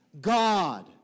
God